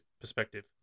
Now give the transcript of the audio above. perspective